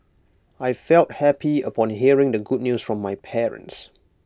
I felt happy upon hearing the good news from my parents